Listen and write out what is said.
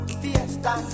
fiesta